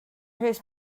his